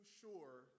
sure